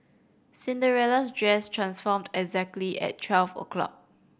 Cinderella's dress transformed exactly at twelve o'clock